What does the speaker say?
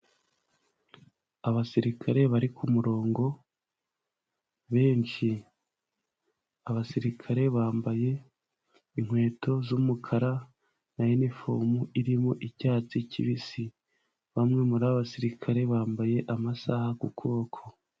Abasirikare bari ku murongo benshi. Abasirikare bambaye inkweto z'umukara na inifomu irimo icyatsi kibisi. Bamwe muri aba basirikare bambaye amasaha ku kuboko.